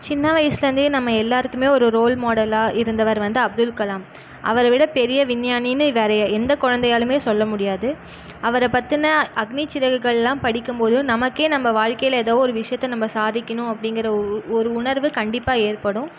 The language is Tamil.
சின்ன வயசுலேருந்தே நம்ம எல்லாேருக்குமே ஒரு ரோல்மாடலாக இருந்தவர் வந்து அப்துல்கலாம் அவரைவிட பெரிய விஞ்ஞானின்னு வேறு எந்த குழந்தையாலுமே சொல்ல முடியாது அவரை பற்றின அக்னிச்சிறகுகெல்லாம் படிக்கும்போது நமக்கே நம்ம வாழ்க்கையில் ஏதோ விஷயத்த நம்ம சாதிக்கணும் அப்படிங்கற ஒரு உணர்வு கண்டிப்பாக ஏற்படும்